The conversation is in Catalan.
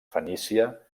fenícia